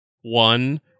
one